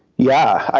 yeah.